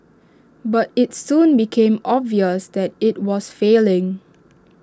but IT soon became obvious that IT was failing